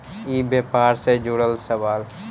ई व्यापार से जुड़ल सवाल?